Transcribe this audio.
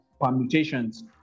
permutations